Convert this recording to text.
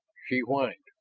she whined.